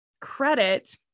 credit